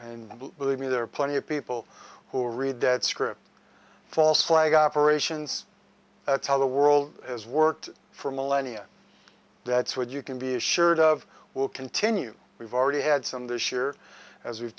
and believe me there are plenty of people who read that script false flag operations that's how the world has worked for millennia that's what you can be assured of will continue we've already had some this year as we've